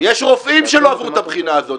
יש רופאים שלא עברו את הבחינה הזאת,